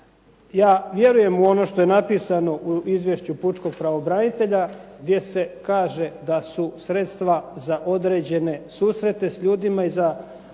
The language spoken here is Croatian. Ja vjerujem u ono što je napisano u izvješću pučkog pravobranitelja gdje se kaže da su sredstva za određene susrete s ljudima i za,